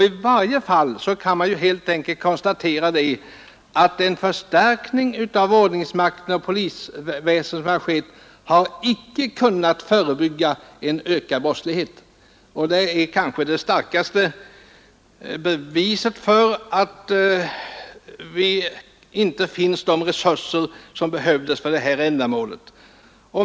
I varje fall kan man helt enkelt konstatera att den förstärkning av ordningsmakten och polisväsendet som skett icke har kunnat förebygga en ökad brottslighet. Det är kanske det starkaste beviset för att det inte finns de resurser som behövs för detta ändamål.